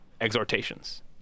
Exhortations